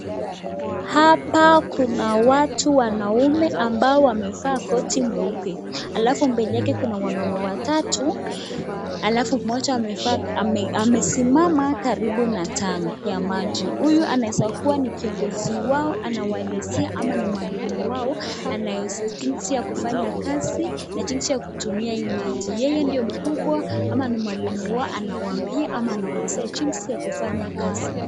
Hapa kuna watu wanaume ambao wamevaa koti meupe. Alafu mbele yake kuna wanaume watatu. Alafu mmoja amesimama karibu na tank ya maji. Huyu anaweza kuwa ni kiongozi wao anawaelezea ama ni mwalimu wao anaelezea jinsi ya kufanya kazi na jinsi ya kutumia hii maji. Yeye ndio mkubwa ama ni mwalimu wao anawaambia ama anawaelezea jinsi ya kufanya kazi.